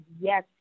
Yes